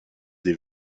des